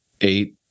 eight